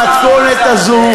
אני קורא לכם, במתכונת הזאת,